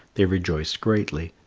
they rejoiced greatly,